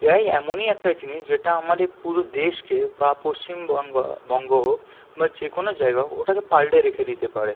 AI এমনই একটা জিনিস যেটা আমাদে পুরো দেশকে বা পশ্চিমবঙ্গ বঙ্গ হোক বা যে কোনো জায়গা হোক ওটাকে পাল্টে রেখে দিতে পারে